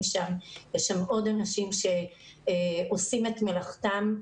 שם אלא יש עוד אנשים שעושים את מלאכתם.